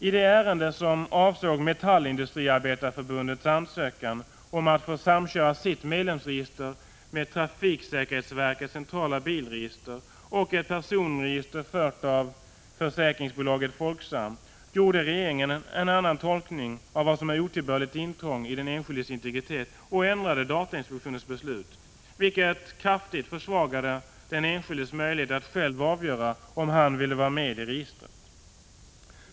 I det ärende som avsåg Metallindustriarbetareförbundets ansökan om att få samköra sitt medlemsregister med trafiksäkerhetsverkets centrala bilregister och ett personregister fört av försäkringsbolaget Folksam gjorde regeringen en annan tolkning av vad som är otillbörligt intrång i den enskildes integritet och ändrade datainspektionens beslut, vilket kraftigt försvagade den enskildes möjlighet att själv avgöra om han ville vara medi registret.